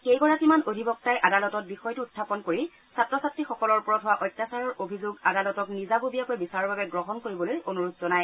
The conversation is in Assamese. কেইগৰাকীমান অধিবক্তাই আদালতত বিষয়টো উখাপন কৰি ছাত্ৰ ছাত্ৰীসকলৰ ওপৰত হোৱা অত্যাচাৰৰ অভিযোগ আদালতক নিজাববীয়াকৈ বিচাৰৰ বাবে গ্ৰহণ কৰিবলৈ অনুৰোধ জনায়